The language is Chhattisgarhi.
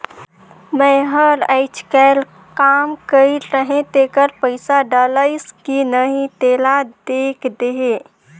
मै हर अईचकायल काम कइर रहें तेकर पइसा डलाईस कि नहीं तेला देख देहे?